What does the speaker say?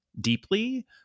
deeply